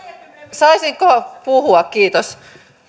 saisinko puhua kiitos